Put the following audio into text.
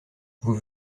vous